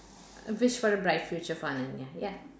wish for a bright future for ya ya